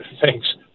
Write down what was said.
Thanks